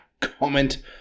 comment